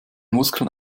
muskeln